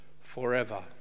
forever